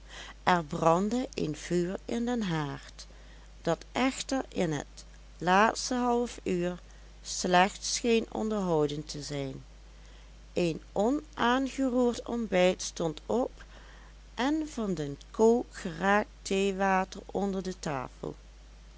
er brandde een vuur in den haard dat echter in het laatste halfuur slecht scheen onderhouden te zijn een onaangeroerd ontbijt stond op en van de kook geraakt theewater onder de tafel